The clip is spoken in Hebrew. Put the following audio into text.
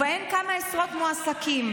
ובהן כמה עשרות מועסקים,